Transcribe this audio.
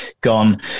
gone